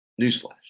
Newsflash